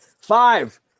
Five